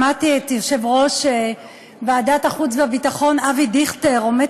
שמעתי את יושב-ראש ועדת החוץ והביטחון אבי דיכטר עומד